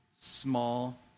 small